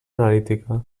analítica